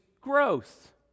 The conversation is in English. growth